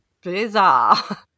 bizarre